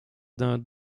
d’un